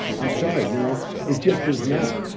i'm sorry. you know it just is not.